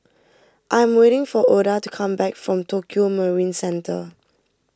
I am waiting for Ouida to come back from Tokio Marine Centre